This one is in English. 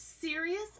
serious